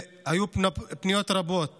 היו פניות רבות